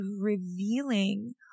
revealing